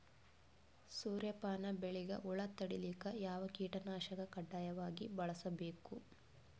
ಸೂರ್ಯಪಾನ ಬೆಳಿಗ ಹುಳ ತಡಿಲಿಕ ಯಾವ ಕೀಟನಾಶಕ ಕಡ್ಡಾಯವಾಗಿ ಬಳಸಬೇಕು?